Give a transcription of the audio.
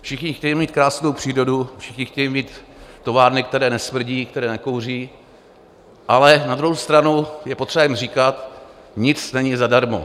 Všichni chtějí mít krásnou přírodu, všichni chtějí mít továrny, které nesmrdí, které nekouří, ale na druhou stranu je potřeba jim říkat: Nic není zadarmo.